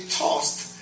tossed